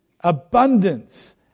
abundance